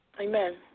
Amen